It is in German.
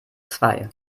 zwei